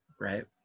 right